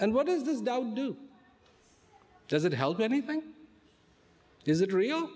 and what is this tao do does it help anything is it real